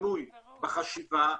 שינוי בחשיבה,